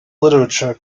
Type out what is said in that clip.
literature